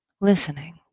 listening